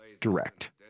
Direct